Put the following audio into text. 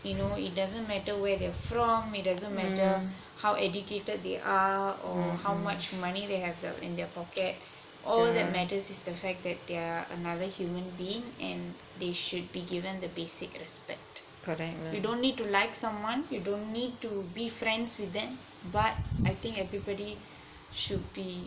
you know it doesn't matter where they're from it doesn't matter how educated they are or how much money they have in their pockets all that matters is that they are another human being and they should be given the basic respect you don't need to like someone you don't need to be friends with them but I think that everyone should be